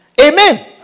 Amen